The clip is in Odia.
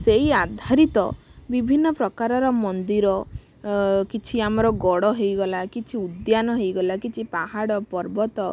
ସେଇ ଆଧାରିତ ବିଭିନ୍ନ ପ୍ରକାରର ମନ୍ଦିର କିଛି ଆମର ଗଡ଼ ହେଇଗଲା କିଛି ଉଦ୍ୟାନ ହେଇଗଲା କିଛି ପାହାଡ଼ ପର୍ବତ